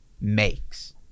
makes